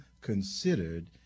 considered